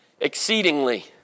exceedingly